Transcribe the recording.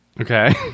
Okay